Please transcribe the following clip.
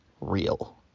real